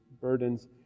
burdens